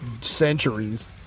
centuries